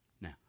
Now